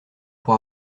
pour